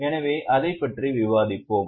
எனவே அதைப் பற்றி விவாதிப்போம்